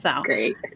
Great